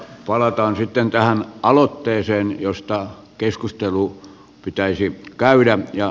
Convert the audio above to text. palataan sitten tähän aloitteeseen josta keskustelu pitäisi käydä